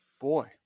boy